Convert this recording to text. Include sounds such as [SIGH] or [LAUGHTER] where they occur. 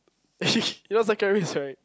[LAUGHS] you know second is right